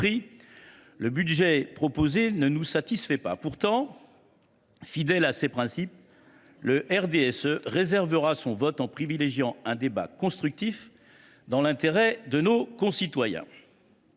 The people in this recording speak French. le budget proposé ne nous satisfait pas. Pourtant, fidèle à ces principes, le RDSE réserve son vote en privilégiant un débat constructif, dans l’intérêt de nos concitoyens.